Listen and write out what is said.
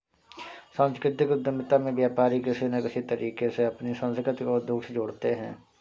सांस्कृतिक उद्यमिता में व्यापारी किसी न किसी तरीके से अपनी संस्कृति को उद्योग से जोड़ते हैं